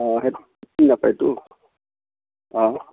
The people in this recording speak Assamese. অঁ সেইটো চিনি নাপায়টো অঁ